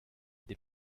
des